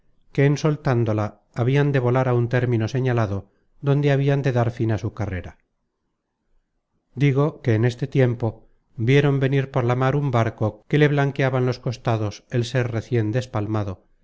que en soltándola habian de volar á un término señalado donde habian de dar fin á su carrera digo que en este tiempo vieron venir por la mar un barco que le blanqueaban los costados el ser recien despalmado